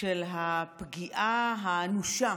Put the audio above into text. של הפגיעה האנושה